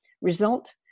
Result